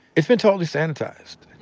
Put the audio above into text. it's been totally sanitized.